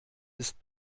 ist